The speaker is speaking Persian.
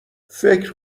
فکر